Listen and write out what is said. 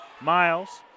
Miles